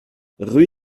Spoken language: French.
rue